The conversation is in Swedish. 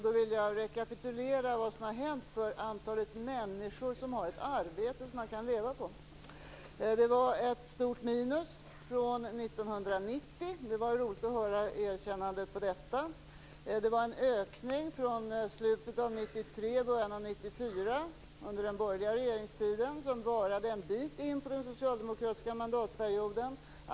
Då vill jag rekapitulera vad som har hänt vad gäller siffrorna för antalet människor som har ett arbete som de kan leva på. Det var ett stort minus från 1990. Det var roligt att höra erkännandet av detta. Det var en ökning från slutet av 1993 eller början av 1994, under den borgerliga regeringstiden, som varade en bit in på den socialdemokratiska mandatperioden.